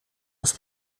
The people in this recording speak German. aus